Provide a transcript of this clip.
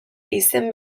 izen